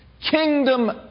kingdom